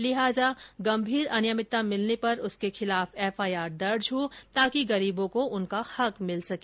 लिहाजा गंभीर अनियमितता मिलने पर उसके खिलाफ एफआईआर दर्ज हो ताकि गरीबों को उनका हक मिल सके